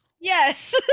Yes